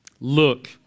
Look